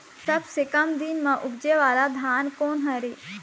सबसे कम दिन म उपजे वाला धान कोन हर ये?